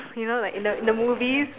you know like in the in the movies